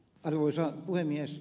arvoisa puhemies